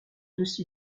aussi